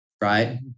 right